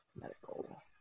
Medical